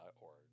org